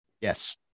Yes